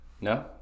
No